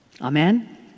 Amen